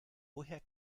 woher